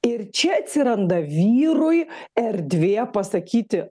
ir čia atsiranda vyrui erdvė pasakyti